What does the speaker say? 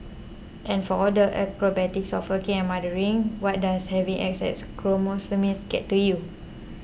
and for all the acrobatics of working and mothering what does having X X chromosomes get you